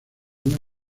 años